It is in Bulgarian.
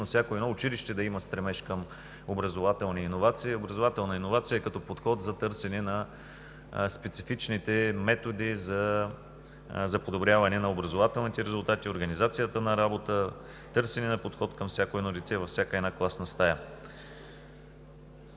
всяко едно училище да има стремеж към образователни иновации. Образователна иновация като подход, като търсене на специфичните методи за подобряване на образователните резултати, организацията на работа, търсене на подход към всяко едно дете във всяка една класна стая.